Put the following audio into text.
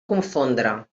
confondre